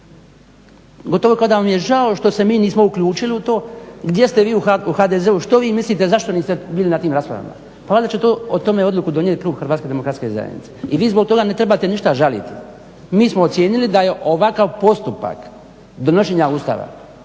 Gotovo kao da vam je žao što se mi nismo uključili u to, gdje ste vi u HDZ-u, što vi mislite, zašto niste bili na tim raspravama? Pa valjda će o tome odluku donijeti klub HDZ-a. I vi zbog toga ne trebate ništa žaliti. Mi smo ocijenili da je ovakav postupak donošenja Ustava